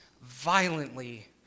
violently